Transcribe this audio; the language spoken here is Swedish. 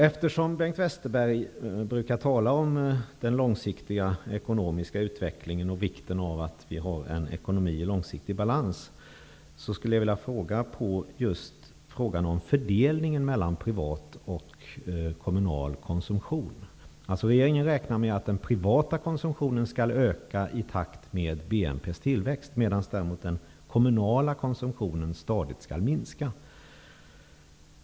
Eftersom Bengt Westerberg brukar tala om den långsiktiga ekonomiska utvecklingen och vikten av att vi har en ekonomi i långsiktig balans, skulle jag vilja ställa en fråga om fördelningen melan privat och kommunal konsumtion. Regeringen räknar med att den privata konsumtionen skall öka i takt med BNP:s tillväxt, medan den kommunala konsumtionen stadigt skall minska.